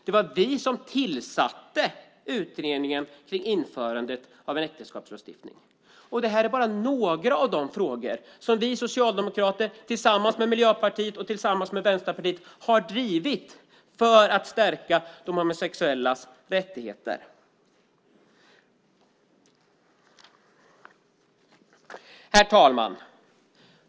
Det var vi som tillsatte utredningen om införandet av en äktenskapslagstiftning. Det är bara några av de frågor som vi socialdemokrater har drivit tillsammans med Miljöpartiet och Vänsterpartiet för att stärka de homosexuellas rättigheter. Herr talman!